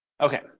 Okay